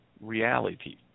reality